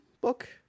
book